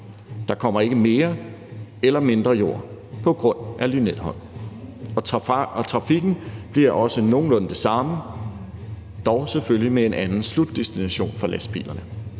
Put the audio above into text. Der kommer ikke mere eller mindre jord på grund af Lynetteholm. Trafikken bliver også nogenlunde den samme, dog selvfølgelig med en anden slutdestination for lastbilerne.